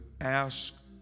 ask